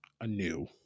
anew